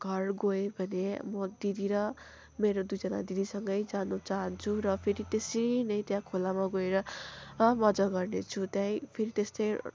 घर गएँभने म दिदी र मेरो दुईजना दिदीसँगै जानु चाहन्छु र फेरि त्यसरी नै त्यहाँ खोलामा गएर मजा गर्नेछु त्यहीँ फेरि